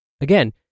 Again